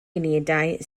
unedau